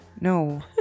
no